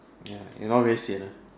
ya if not very sian ah